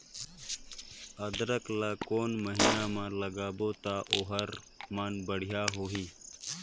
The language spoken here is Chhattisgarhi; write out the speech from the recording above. अदरक ला कोन महीना मा लगाबो ता ओहार मान बेडिया होही?